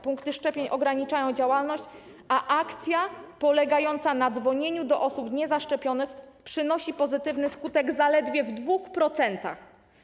Punkty szczepień ograniczają działalność, a akcja polegająca na dzwonieniu do osób niezaszczepionych przynosi pozytywny skutek zaledwie w 2%.